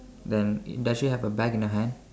then does she have a bag in her hand